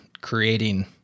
creating